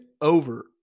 over